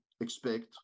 expect